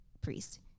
Priest